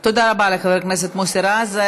תודה רבה לחבר הכנסת מוסי רז.